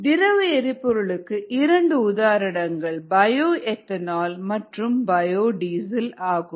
திரவ எரிபொருளுக்கு இரண்டு உதாரணங்கள் பயோ எத்தனால் மற்றும் பயோ டீசல் ஆகும்